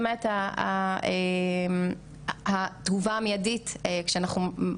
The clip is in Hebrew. ובשלב השני על מנת שיהיו להם כלים לטפל ולתת מענה לעניין הזה.